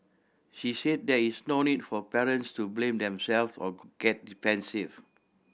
she say there is no need for parents to blame themselves or get defensive